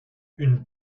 une